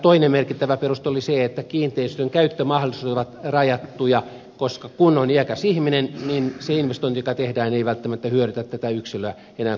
toinen merkittävä peruste oli se että kiinteistön käyttömahdollisuudet ovat rajattuja koska kun on iäkäs ihminen niin se investointi joka tehdään ei välttämättä hyödytä tätä yksilöä enää kovinkaan pitkään